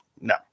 no